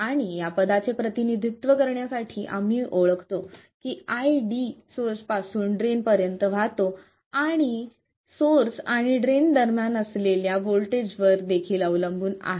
आणि या पदाचे प्रतिनिधित्व करण्यासाठी आम्ही ओळखतो की iD सोर्स पासून ड्रेन पर्यंत वाहतो आणिहे सोर्स आणि ड्रेन दरम्यान असलेल्या व्होल्टेजवर देखील अवलंबून आहे